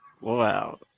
Wow